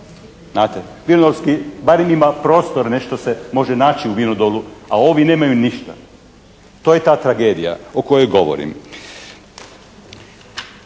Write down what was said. Znate? Vinodolski bar ima prostor, nešto se može naći u Vidolu, a ovi nemaju ništa. To je ta tragedija o kojoj govorim.